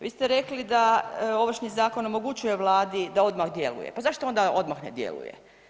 Vi ste rekli da Ovršni zakon omogućuje Vladi da odmah djeluje, pa zašto onda odmah ne djeluje?